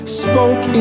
spoke